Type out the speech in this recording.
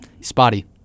spotty